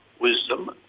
Wisdom